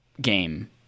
game